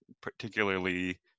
particularly